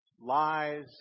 Lies